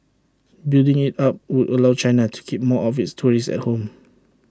building IT up would allow China to keep more of its tourists at home